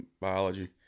biology